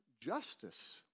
justice